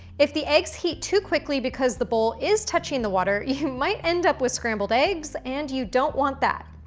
if the eggs heat too quickly, because the bowl is touching the water, you might end up with scrambled eggs, and you don't want that.